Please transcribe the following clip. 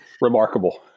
remarkable